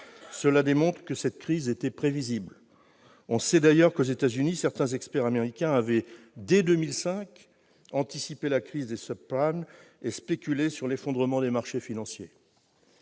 Cela démontre que cette crise était prévisible. On sait d'ailleurs qu'aux États-Unis certains experts avaient, dès 2005, anticipé la crise des et spéculé sur l'effondrement des marchés financiers.